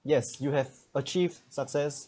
yes you have achieved success